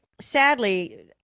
sadly